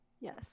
yes